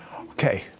Okay